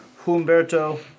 Humberto